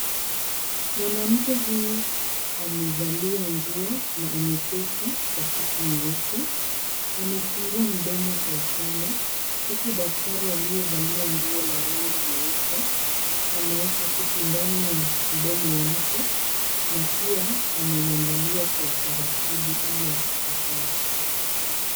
Mwanamke huyu amevalia nguo na ameketi kwa kiti nyeusi. Amefungua mdomo kwa upana huku daktari aliyevalia nguo la rangi nyeupe anaweka kitu ndani ya mdomo wake na pia anauangalia kwa utaratibu ili asikosee.